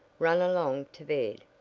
run along to bed.